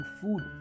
food